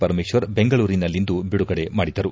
ಪರಮೇಶ್ವರ್ ಬೆಂಗಳೂರಿನಲ್ಲಿಂದು ಬಿಡುಗಡೆ ಮಾಡಿದರು